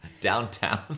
downtown